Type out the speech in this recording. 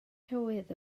tywydd